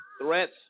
threats